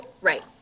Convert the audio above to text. right